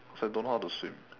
cause I don't know how to swim